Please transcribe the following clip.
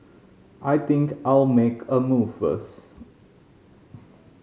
I think I'll make a move first